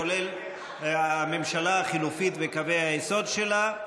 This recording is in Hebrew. כולל הממשלה החלופית וקווי היסוד שלה.